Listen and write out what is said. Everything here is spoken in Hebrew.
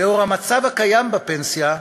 לנוכח המצב הקיים בפנסיה,